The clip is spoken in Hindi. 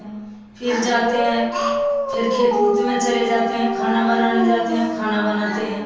फिर जाते हैं फिर खेत उत में चले जाते हैं खाना बनाने जाते हैं खाना बनाते हैं